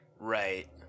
Right